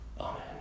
Amen